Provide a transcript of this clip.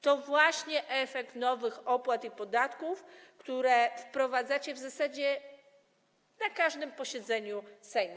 To jest właśnie efekt nowych opłat i podatków, które wprowadzacie w zasadzie na każdym posiedzeniu Sejmu.